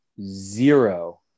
zero –